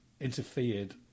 interfered